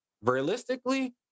realistically